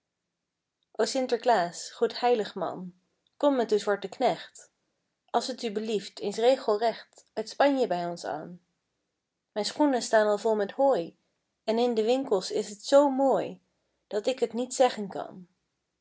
sinterklaas goed heilig man kom met uw zwarten knecht als t u belieft eens regelrecht uit spanje bij ons ân mijn schoenen staan al vol met hooi en in de winkels is t zoo mooi dat ik t niet zeggen kan